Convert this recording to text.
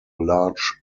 large